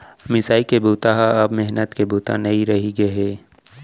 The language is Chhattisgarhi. मिसाई के बूता ह अब मेहनत के बूता नइ रहि गे हे